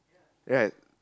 right